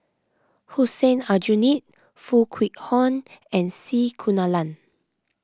Hussein Aljunied Foo Kwee Horng and C Kunalan